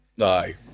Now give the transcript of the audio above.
aye